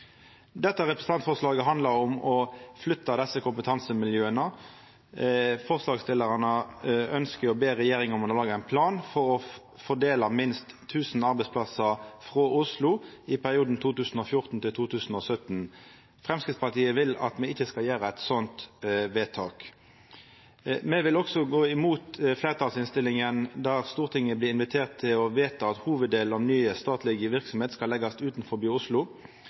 Dette representantforslaget handlar om å flytta desse kompetansemiljøa. Forslagsstillarane ønskjer å be regjeringa om å laga ein plan for å fordela minst 1 000 arbeidsplassar frå Oslo i perioden 2014–2017. Framstegspartiet vil at me ikkje skal gjera eit sånt vedtak. Me vil også gå imot fleirtalsinnstillinga der Stortinget blir invitert til å vedta at hovuddelen av ny, statleg verksemd skal leggjast utanfor Oslo.